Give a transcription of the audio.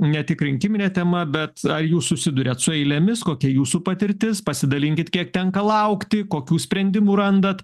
ne tik rinkiminė tema bet jūs susiduriat su eilėmis kokia jūsų patirtis pasidalinkit kiek tenka laukti kokių sprendimų randat